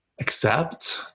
accept